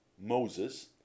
Moses